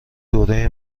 دوره